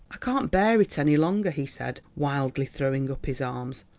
i can't bear it any longer, he said wildly, throwing up his arms.